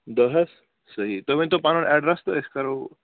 دٔہَ حظ صحیح تُہۍ ؤنۍتَو پَنُن ایٚڈرَس تہٕ أسۍ کَرو